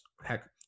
Heck